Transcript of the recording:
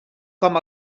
com